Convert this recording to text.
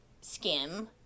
skim